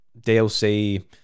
DLC